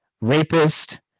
rapist